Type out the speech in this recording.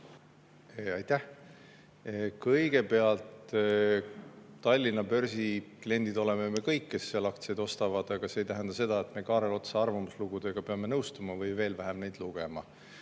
Aitäh! Kõigepealt, Tallinna börsi kliendid oleme me kõik, kes seal aktsiaid ostavad. Aga see ei tähenda seda, et me Kaarel Otsa arvamuslugudega peame nõustuma või neid lugema.